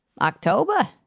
October